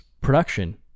production